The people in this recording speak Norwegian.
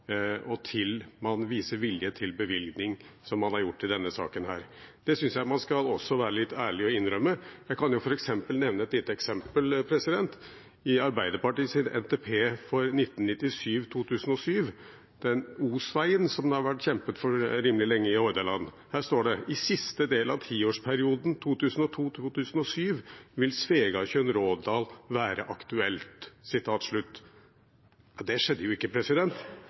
og til man viser vilje til bevilgning, som denne saken. Det synes jeg man skal være litt ærlig og innrømme. Jeg kan nevne et lite eksempel. I Arbeiderpartiets NTP for 1998–2007 står det om den Os-veien som det har vært kjempet for rimelig lenge i Hordaland, at Svegatjørn–Rådal vil være aktuell i siste del av tiårsperioden, dvs. 2002–2007. Det skjedde jo ikke, og heller ikke i neste periode. Nei, det